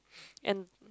and